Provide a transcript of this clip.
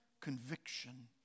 Conviction